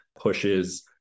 pushes